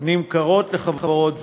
נמכרות לחברות זרות.